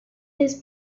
his